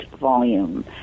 volume